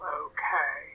okay